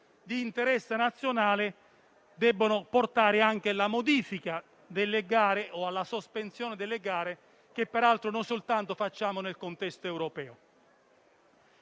di interesse nazionale devono portare anche alla modifica o alla sospensione delle gare, che peraltro noi soltanto facciamo nel contesto europeo.